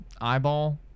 eyeball